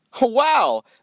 Wow